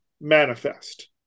manifest